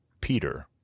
Peter